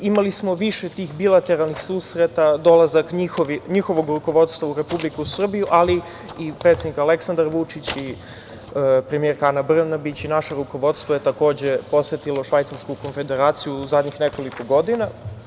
Imali smo više tih bilateralnih susreta, dolazak njihovog rukovodstva u Republiku Srbiju, ali i predsednik Aleksandar Vučić i premijerka Ana Brnabić i naše rukovodstvo je takođe posetilo Švajcarsku Konfederaciju u zadnjih nekoliko godina.